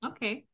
Okay